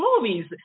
movies